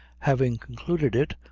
having concluded it,